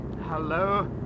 Hello